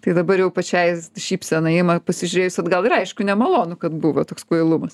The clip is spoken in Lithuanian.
tai dabar jau pačiai šypsena ima pasižiūrėjus atgal ir aišku nemalonu kad buvo toks kvailumas